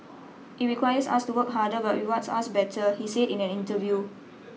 it requires us to work harder but rewards us better he said in an interview